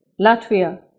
Latvia